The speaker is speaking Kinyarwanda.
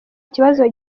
kibazo